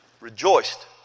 rejoiced